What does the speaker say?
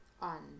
On